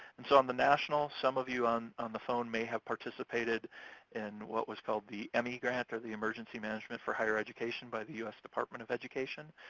and so on the national, some of you on on the phone may have participated in what was called the emhe grant, or the emergency management for higher education by the us department of education.